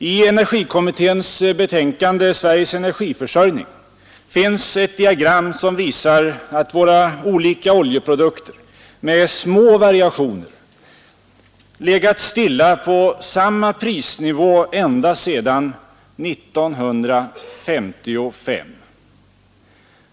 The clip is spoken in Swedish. I energikommitténs betänkande Sveriges energiförsörjning finns ett diagram som visar att våra olika oljeprodukter med små variationer legat stilla på samma prisnivå ända sedan 1955.